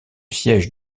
siège